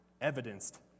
evidenced